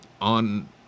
on